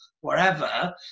wherever